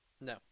No